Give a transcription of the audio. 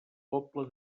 poble